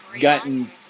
gotten